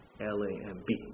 L-A-M-B